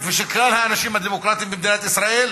ושל כלל האנשים הדמוקרטיים במדינת ישראל,